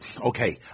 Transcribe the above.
okay